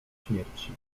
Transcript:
śmierci